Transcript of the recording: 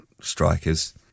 strikers